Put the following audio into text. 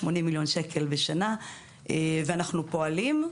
80 מיליון שקלים בשנה ואנחנו פועלים.